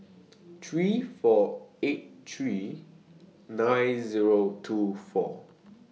three four eight three nine Zero two four